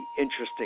interesting